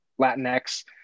Latinx